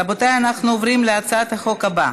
רבותיי, אנחנו עוברים להצעת החוק הבאה: